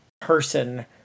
person